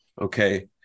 okay